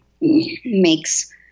makes